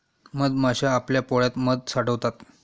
मधमाश्या आपल्या पोळ्यात मध साठवतात